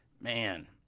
Man